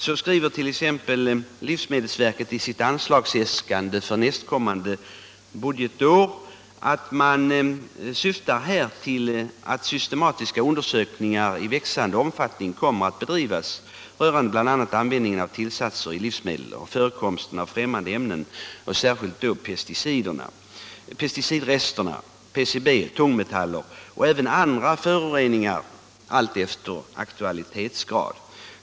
Livsmedelsverket skriver t.ex. i sina anslagsäskanden för nästkommande budgetår att man syftar till ”att systematiska undersökningar i växande omfattning kommer att bedrivas rörande bl.a. användningen av tillsatser i livsmedel och förekomsten av främmande ämnen, särskilt pesticidrester, PCB och tungmetaller, men även andra föroreningar alltefter aktualitetsgrad.